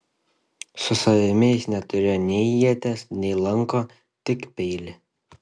su savimi jis neturėjo nei ieties nei lanko tik peilį